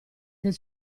del